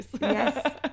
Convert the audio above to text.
Yes